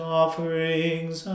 offerings